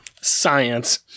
Science